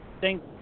thank